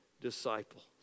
disciples